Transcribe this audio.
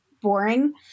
boring